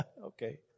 Okay